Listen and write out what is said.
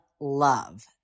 love